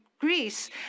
Greece